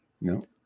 no